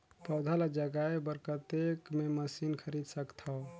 पौधा ल जगाय बर कतेक मे मशीन खरीद सकथव?